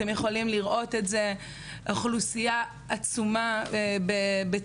אתם יכולים לראות את זה, אוכלוסייה עצומה בצה"ל.